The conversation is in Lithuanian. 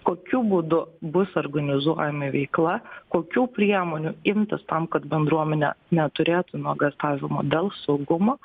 kokiu būdu bus organizuojami veikla kokių priemonių imtis tam kad bendruomenė neturėtų nuogąstavimo dėl saugumo